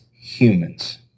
humans